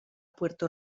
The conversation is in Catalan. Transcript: puerto